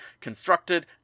constructed